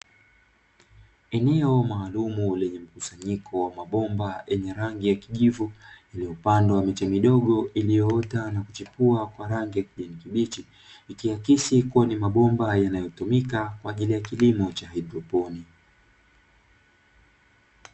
Eneo maalumu lenye mkusanyiko wa mabomba yenye rangi ya kijivu, iliyopandwa miche midogo, iliyoota na kuchipua kwa rangi ya kijani kibichi, ikiakisi kua ni mabomba yanayo tumika kwa ajili ya kilimo cha haidroponi.